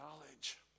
knowledge